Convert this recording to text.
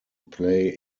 play